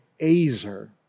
azer